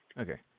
Okay